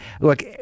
Look